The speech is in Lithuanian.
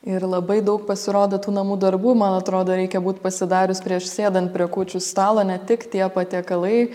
ir labai daug pasirodo tų namų darbų man atrodo reikia būt pasidarius prieš sėdant prie kūčių stalo ne tik tie patiekalai